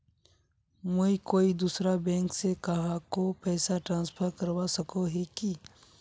मुई कोई दूसरा बैंक से कहाको पैसा ट्रांसफर करवा सको ही कि?